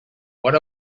what